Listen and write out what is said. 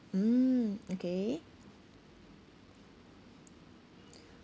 mm okay